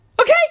Okay